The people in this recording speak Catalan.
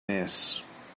més